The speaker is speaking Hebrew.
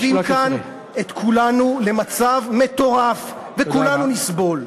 דוחפים כאן את כולנו למצב מטורף, וכולנו נסבול.